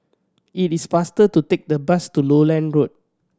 it is faster to take the bus to Lowland Road